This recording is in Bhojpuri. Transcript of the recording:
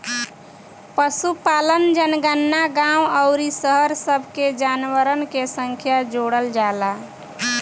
पशुपालन जनगणना गांव अउरी शहर सब के जानवरन के संख्या जोड़ल जाला